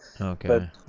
Okay